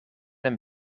een